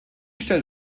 stellt